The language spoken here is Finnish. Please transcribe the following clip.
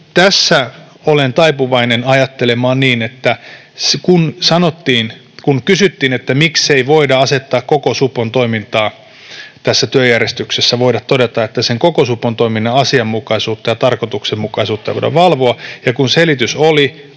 tässä olen taipuvainen ajattelemaan niin ja tulen siihen tulokseen — kun kysyttiin, miksei voida todeta tässä työjärjestyksessä, että sen koko supon toiminnan asianmukaisuutta ja tarkoituksenmukaisuutta voidaan valvoa, ja kun selitys oli,